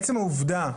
עצם העובדה,